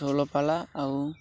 ଝୋଲ ପାଲା ଆଉ